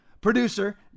producer